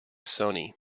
sony